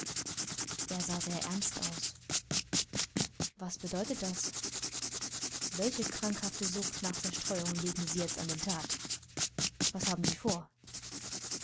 er sah sehr ernst aus was bedeutet das welche krankhafte sucht nach zerstreuung legen sie jetzt an den tag was haben sie vor